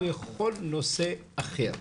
בכל נושא אחר.